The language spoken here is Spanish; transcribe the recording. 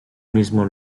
mismo